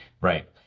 Right